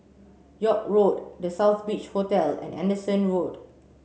York Road The Southbridge Hotel and Anderson Road